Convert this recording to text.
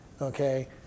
Okay